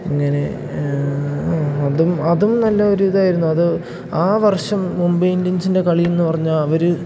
ഇങ്ങനെ അതും അതും നല്ലൊരിതായിരുന്നു അത് ആ വർഷം മുമ്പേ ഇന്ത്യൻസിൻ്റെ കളിയെന്നു പറഞ്ഞാൽ അവർ